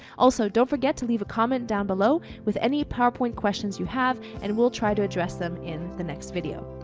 also don't forget to leave a comment down below with any powerpoint questions you have, and we'll try to address them in the next video.